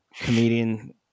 comedian